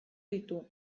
ditu